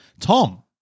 Tom